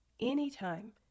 anytime